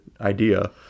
idea